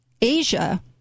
Asia